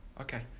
okay